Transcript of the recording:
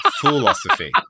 philosophy